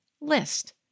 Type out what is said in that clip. list